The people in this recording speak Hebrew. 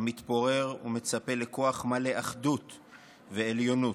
המתפורר ומצפה לכוח מלא אחדות ועליונות,